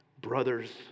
Brothers